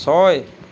ছয়